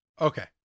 Okay